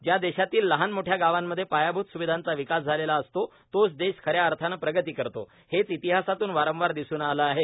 ज्या देशातील लहान मोठ्या गावांमध्ये पायाभूत स्विधांचा विकास झालेला असतो तोच देश खऱ्या अर्थानं प्रगती करतो हेच इतिहासातून वारंवार दिसून आलं आहे